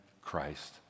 Christ